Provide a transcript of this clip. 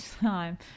time